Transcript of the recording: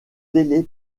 télé